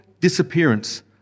disappearance